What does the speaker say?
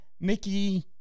Mickey